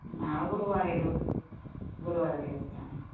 ನಾವು ಗುರುವಾರ ಇಡೋದು ಗುರುವಾರ ದಿವಸ